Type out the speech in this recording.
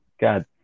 God